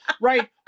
right